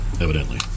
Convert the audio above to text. evidently